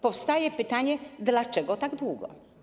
Powstaje pytanie: Dlaczego tak długo?